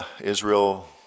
Israel